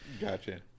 Gotcha